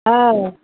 आइ